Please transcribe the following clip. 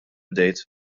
bdejt